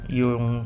yung